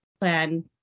plan